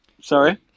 Sorry